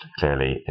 clearly